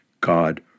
God